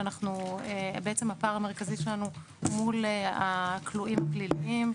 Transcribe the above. כשבעצם הפער המרכזי שלנו הוא מול הכלואים הפליליים,